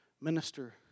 minister